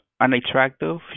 unattractive